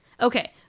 Okay